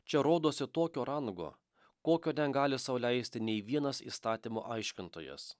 čia rodosi tokio rango kokio negali sau leisti nei vienas įstatymo aiškintojas